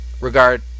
regard